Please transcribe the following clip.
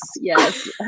yes